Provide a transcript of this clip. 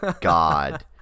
God